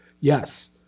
Yes